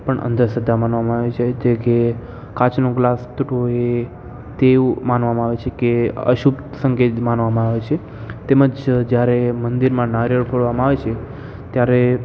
પણ અંધશ્રદ્ધા માનવામાં આવે છે જેકે કાચનો ગ્લાસ તૂટવો એ તેવું માનવામાં આવે છે કે અશુભ સંકેત માનવામાં આવે છે તેમજ જ્યારે મંદિરમાં નાળીયેર ફોડવામાં આવે છે ત્યારે